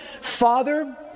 Father